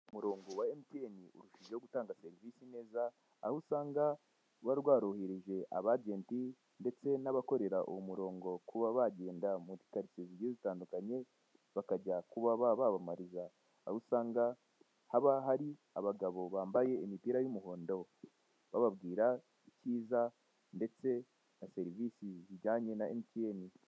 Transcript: Umurongo wa MTN urushijeho gutanga serivise neza, aho usanga ruba rwarohereje abajenti ndetse n'abakorera uwo murongo kuba bagenda muri karitsiye zigiye zitandukanye bakajya kuba babamamariza, aho usanga haba hari abagabo bambaye imipira y'umuhondo, bababwira ibyiza ndetse na serivise zijyanye na MTN.